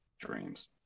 dreams